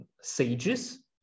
sages